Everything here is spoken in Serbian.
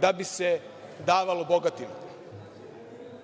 da bi se davalo bogatima.